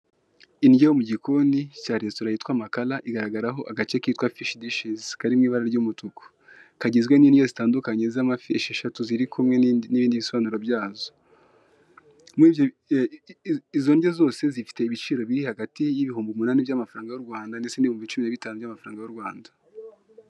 Indyo yo mu gikoni cya resitora yitwa makara igaragaraho agace kitwa fishi dishizi, kari ku ibara ry'umutuku, kagizwe n'indyo zidantukanye z'amafi esheshatu ziri kumwe n'ibindi bisobanura byazo, muri zo ee, izo ndyo zose zifite ibiciro biri hagati y'ibihumbi umunani by'amafaranga y'urwanda ndetse n'ibihumbi cumi na bitanu by'amafaranga y'u Rwanda.